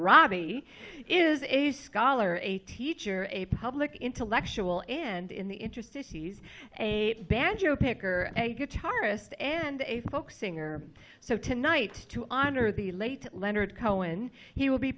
robbie is a scholar a teacher a public intellectual and in the interest if he's a banjo picker a guitarist and a folk singer so tonight to honor the late leonard cohen he will be